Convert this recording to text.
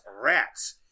rats